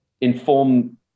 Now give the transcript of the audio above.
inform